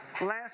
last